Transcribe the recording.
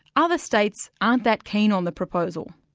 other states aren't that keen on the proposal.